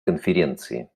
конференции